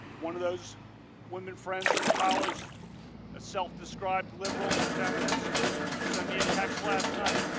one of those women friends from college a self-described liberal and feminist sent me a text last night.